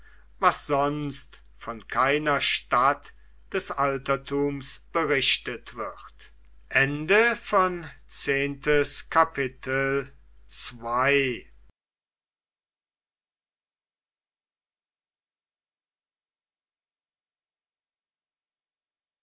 was sonst von keiner stadt des altertums berichtet wird